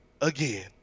again